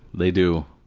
they do.